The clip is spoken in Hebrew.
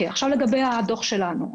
אני עוברת לדבר על הדוח שלנו.